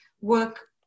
work